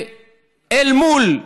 אל מול,